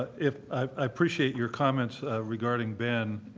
if i i appreciate your comments regarding ben.